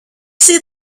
see